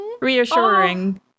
reassuring